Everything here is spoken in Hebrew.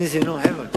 אני מבקש הצעה נוספת.